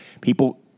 People